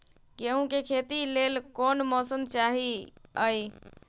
गेंहू के खेती के लेल कोन मौसम चाही अई?